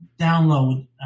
download